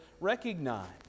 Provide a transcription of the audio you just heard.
recognize